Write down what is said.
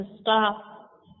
stop